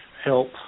help